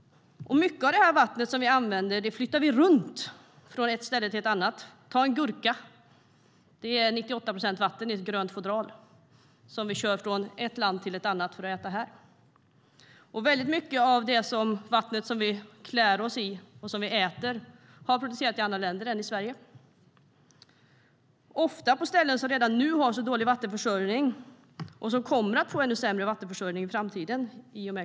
Mycket av det vatten vi använder flyttar vi dessutom runt från ett ställe till ett annat. Ta en gurka; den består av 98 procent vatten i ett grönt fodral, som vi kör från ett land till ett annat för att äta. Även mycket av det vatten vi klär oss i och äter har producerats i andra länder än Sverige - ofta på ställen som redan nu har dålig vattenförsörjning och som i och med klimatförändringarna kommer att få ännu sämre vattenförsörjning i framtiden.